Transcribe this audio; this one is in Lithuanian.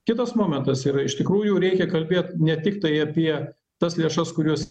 kitas momentas yra iš tikrųjų reikia kalbėt ne tiktai apie tas lėšas kurios